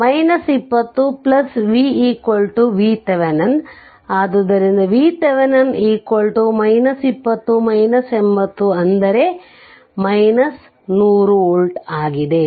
20VVThevenin VThevenin 20 80 100V ಆಗಿದೆ